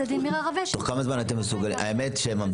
תוך כמה זמן אתם מסוגלים לכך?